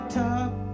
top